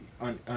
on